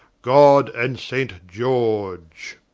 god and saint george.